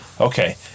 Okay